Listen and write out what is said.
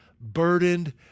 burdened